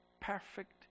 perfect